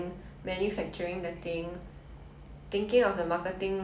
spreading useless things into the world